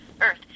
Earth